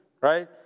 right